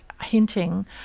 hinting